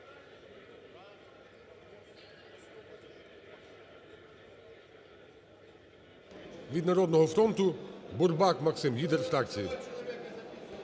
Від "Народного фронту" Бурбак Максим, лідер фракції.